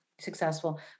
successful